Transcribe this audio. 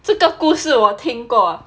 这个故事我听过